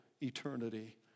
eternity